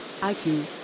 IQ